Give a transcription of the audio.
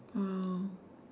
!wow!